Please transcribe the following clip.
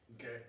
okay